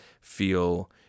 feel